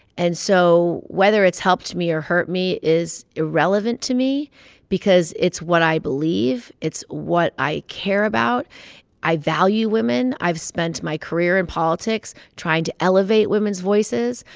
and so whether it's helped me or hurt me is irrelevant to me because it's what i believe. it's what i care about i value women. i've spent my career in politics trying to elevate women's voices.